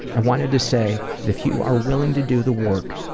i wanted to say that if you are willing to do the work,